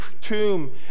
tomb